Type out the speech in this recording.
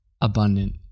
abundant